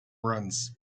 runs